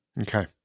Okay